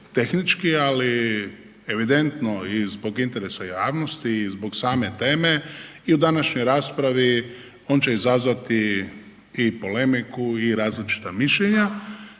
tehnički, ali i evidentno i zbog interesa javnosti i zbog same teme i u današnjoj raspravi on će izazvati i polemiku i različita mišljenja